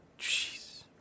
Jeez